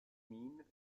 mines